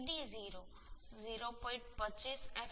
25 fub fu અને 1